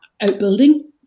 outbuilding